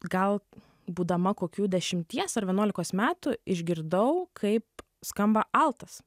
gal būdama kokių dešimties ar vienuolikos metų išgirdau kaip skamba altas